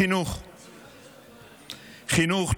חבר הכנסת